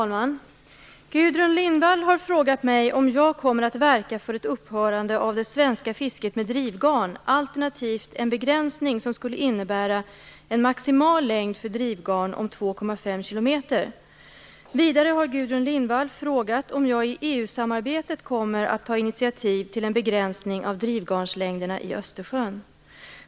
Fru talman! Gudrun Lindvall har frågat mig om jag kommer att verka för ett upphörande av det svenska fisket med drivgarn alternativt en begränsning som skulle innebära en maximal längd för drivgarn om 2,5 km. Vidare har Gudrun Lindvall frågat om jag i EU-samarbetet kommer att ta initiativ till en begränsning av drivgarnslängderna i Östersjön.